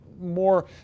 more